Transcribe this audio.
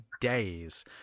days